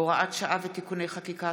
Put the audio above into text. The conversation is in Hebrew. (הוראת שעה ותיקוני חקיקה),